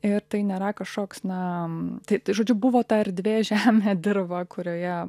ir tai nėra kažkoks na tai žodžiu buvo ta erdvė žemė dirva kurioje